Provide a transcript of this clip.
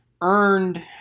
earned